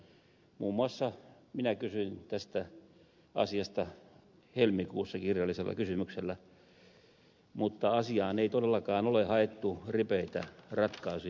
muun muassa minä kysyin tästä asiasta helmikuussa kirjallisella kysymyksellä mutta asiaan ei todellakaan ole haettu ripeitä ratkaisuja